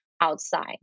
outside